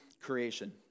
creation